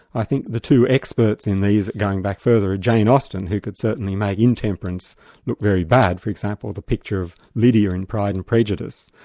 i think the two experts in these, going back further, are jane austen, who could certainly make intemperance look very bad, for example the picture of lydia in pride and prejudice.